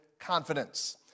confidence